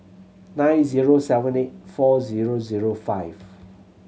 nine zero seven eight four zero zero five